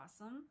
awesome